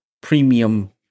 premium